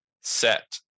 set